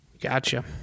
Gotcha